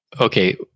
Okay